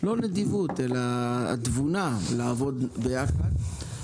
היא לא נדיבות אלא תבונה לעבוד ביחד.